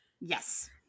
Yes